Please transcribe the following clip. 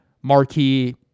marquee